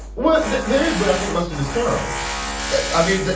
well, there is, but i think mustard is terrible i mean,